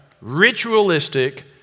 ritualistic